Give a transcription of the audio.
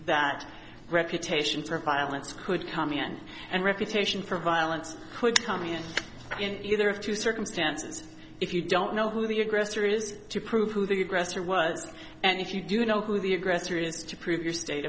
that reputation for violence could come in and reputation for violence could come in in either of two circumstances if you don't know who the aggressor is to prove who the aggressor was and if you do know who the aggressor is to prove your state